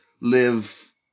live